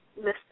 Mr